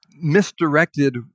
misdirected